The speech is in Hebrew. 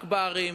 רק בערים,